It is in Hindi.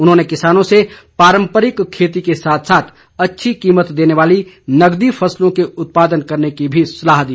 उन्होंने किसानों से पारम्परिक खेती के साथ साथ अच्छी कीमत देने वाली नकदी फसलों के उत्पादन करने की भी सलाह दी